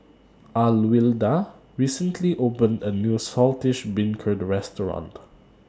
Alwilda recently opened A New Saltish Beancurd Restaurant